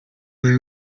buri